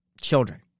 children